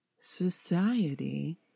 society